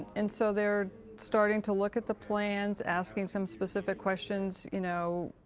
and, so, they're starting to look at the plans, asking some specific questions, you know,